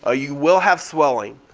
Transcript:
ah you will have swelling.